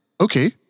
Okay